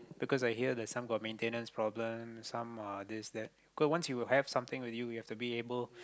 because I heard the some got maintenance problem some uh this that because once you have something with you you have to be able